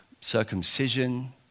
circumcision